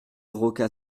rocca